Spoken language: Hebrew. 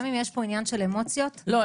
גם אם יש פה עניין של אמוציות -- לא,